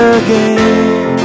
again